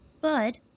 bud